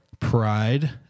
Pride